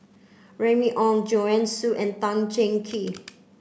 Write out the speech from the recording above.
Remy Ong Joanne Soo and Tan Cheng Kee